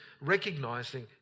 recognizing